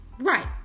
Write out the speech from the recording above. Right